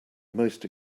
most